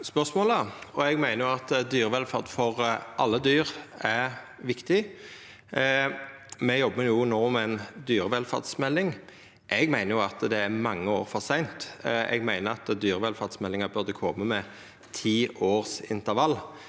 spørsmålet. Eg meiner at dyrevelferd for alle dyr er viktig. Me jobbar no med ei dyrevelferdsmelding. Eg meiner at det er mange år for seint; eg meiner at dyrevelferdsmeldinga burde ha kome med ti års intervall.